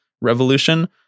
revolution